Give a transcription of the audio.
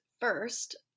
first